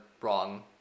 wrong